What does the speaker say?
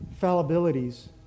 fallibilities